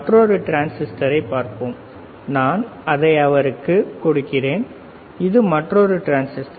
மற்றொரு டிரான்சிஸ்டரைப் பார்ப்போம் நான் அதை அவருக்குக் கொடுக்கிறேன் இது மற்றொரு டிரான்சிஸ்டர்